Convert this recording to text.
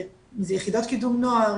אם זה יחידות קידום נוער,